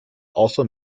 also